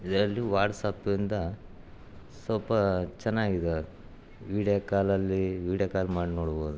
ಜಲ್ದಿ ವಾಟ್ಸಾಪ್ಪಿಂದ ಸ್ವಲ್ಪ ಚೆನ್ನಾಗಿದೆ ವೀಡ್ಯೋ ಕಾಲಲ್ಲಿ ವೀಡ್ಯೋ ಕಾಲ್ ಮಾಡಿ ನೋಡ್ಬೋದು